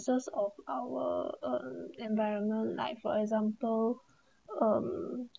source of our environment like for example